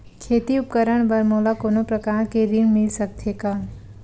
खेती उपकरण बर मोला कोनो प्रकार के ऋण मिल सकथे का?